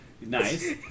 nice